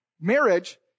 marriage